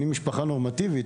אני משפחה נורמטיבית,